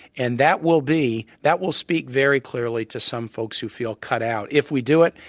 and that will be, that will speak very clearly to some folks who feel cut out. if we do it,